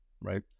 right